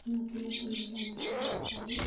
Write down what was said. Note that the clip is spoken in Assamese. নতুন নতুন ডিজাইনত চিলাব পাৰি